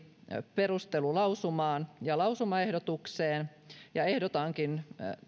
perustelulausumaan ja lausumaehdotukseen ja ehdotankin